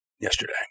yesterday